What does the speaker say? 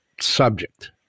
subject